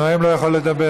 הנואם לא יכול לדבר.